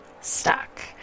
stuck